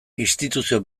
instituzio